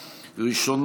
כאן,